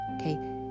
okay